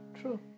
True